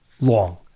long